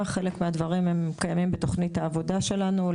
חלק מהדברים קיימים בתכנית העבודה שלנו,